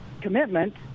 commitment